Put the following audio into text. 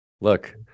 Look